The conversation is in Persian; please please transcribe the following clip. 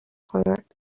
کند